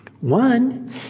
One